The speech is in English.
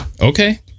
Okay